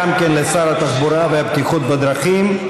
גם כן לשר התחבורה והבטיחות בדרכים.